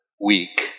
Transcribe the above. weak